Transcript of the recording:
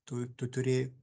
tu tu turi